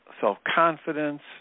self-confidence